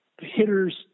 hitters